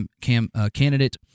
candidate